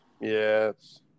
Yes